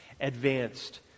advanced